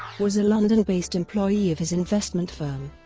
was a london-based employee of his investment firm.